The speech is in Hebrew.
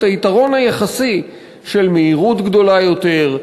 היתרון היחסי של מהירות גדולה יותר,